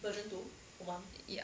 ya